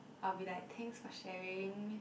I'll be like thanks for sharing